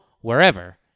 wherever